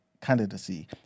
candidacy